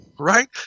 Right